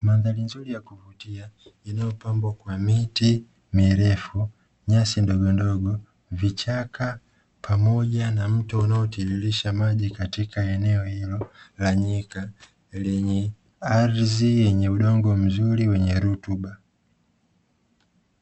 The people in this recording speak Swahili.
Mandhari nzuri ya kuvutia yanayopabwa kwa miti mirefu, nyasi ndogondogo, vichaka pamoja na mto unaotirirsha maji katika eneo hilo la nyika; lenye ardhi yenye udongo mzuri wenye rutuba.